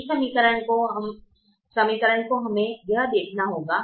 इस समीकरण को हमें यह देखना होगा